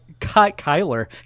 Kyler